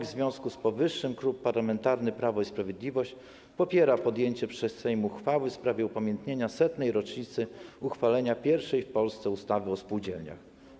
W związku z powyższym Klub Parlamentarny Prawo i Sprawiedliwość popiera podjęcie przez Sejm uchwały w sprawie upamiętnienia setnej rocznicy uchwalenia pierwszej w Polsce ustawy o spółdzielniach.